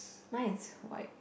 mine is white